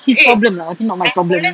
his problem lah not my problem